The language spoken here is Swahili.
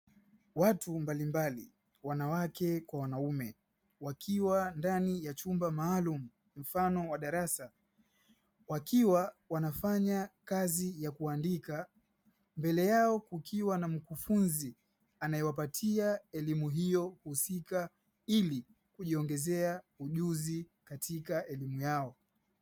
Watu mbalimbali wanawake kwa wanaume, wakiwa ndani ya chumba maalumu mfano wa darasa, wakiwa wanafanya kazi ya kuandika. Mbele yao kukiwa na mkufunzi anaewapatia elimu hiyo husika, ili kujiongezea ujuzi katika elimu yao.